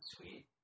sweet